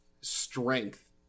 strength